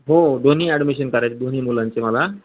हो दोन्ही ॲडमिशन करायचं दोन्ही मुलांचे मला